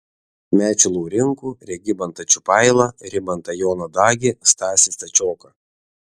mečį laurinkų regimantą čiupailą rimantą joną dagį stasį stačioką